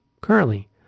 Currently